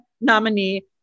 nominee